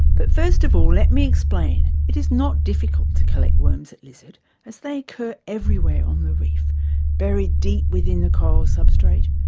but first of all let me explain it is not difficult to collect worms at lizard as they occur everywhere on the reef buried deep with the coral substrate,